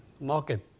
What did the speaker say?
market